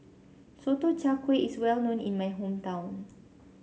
Sotong Char Kway is well known in my hometown